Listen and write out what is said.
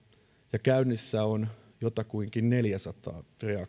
ja käynnissä on jotakuinkin neljäsataa